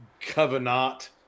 Covenant